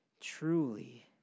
Truly